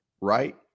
right